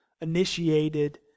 initiated